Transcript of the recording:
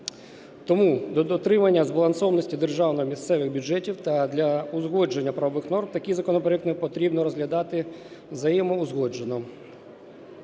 Тому дотримання збалансованості державного і місцевих бюджетів та для узгодження правових норм такий законопроект потрібно розглядати взаємоузгоджено.